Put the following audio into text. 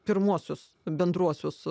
pirmuosius bendruosius